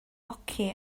hoci